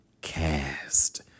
cast